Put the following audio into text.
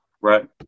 Right